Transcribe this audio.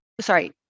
sorry